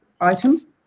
item